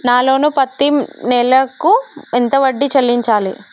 నా లోను పత్తి నెల కు ఎంత వడ్డీ చెల్లించాలి?